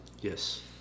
Yes